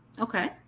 Okay